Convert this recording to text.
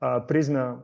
a prizmę